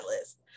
list